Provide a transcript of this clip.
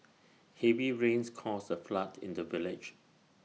heavy rains caused A flood in the village